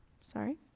Sorry